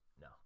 No